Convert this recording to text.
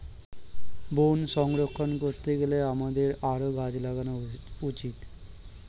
বন সংরক্ষণ করতে গেলে আমাদের আরও গাছ লাগানো উচিত